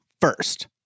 first